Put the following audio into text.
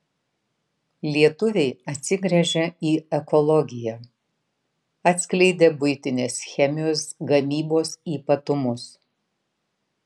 lietuviai atsigręžia į ekologiją atskleidė buitinės chemijos gamybos ypatumus